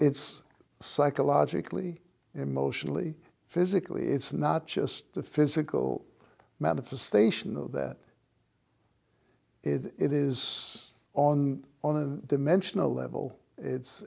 it's psychologically emotionally physically it's not just the physical manifestation of that it is on on a dimensional level it's